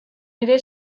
ere